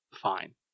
fine